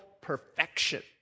perfection